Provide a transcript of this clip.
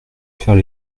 faire